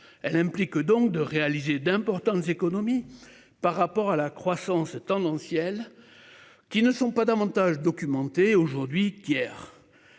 Elle implique donc de réaliser d'importantes économies par rapport à la croissance tendancielle. Qui ne sont pas davantage documenté aujourd'hui qu'hier.